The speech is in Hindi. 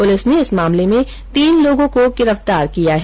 पुलिस ने इस मामले में तीन लोगों को गिरफ्तार किया है